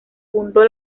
fundó